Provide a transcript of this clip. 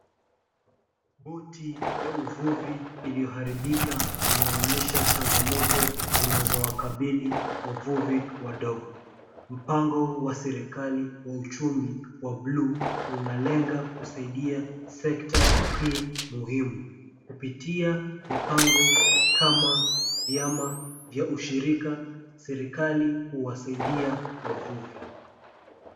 Boti ya uvuvi iliyoharibika inaonyesha changamoto zinazowakabili wavuvi wadogo. Mpango wa serikali wa uchumi wa Blue unalenga kusaidia sekta hii muhimu. Kupitia mipango kama vyama vya ushirika serikali huwasaidia wavuvi.